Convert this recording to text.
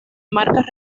marcas